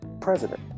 president